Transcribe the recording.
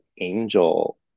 angel